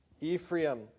Ephraim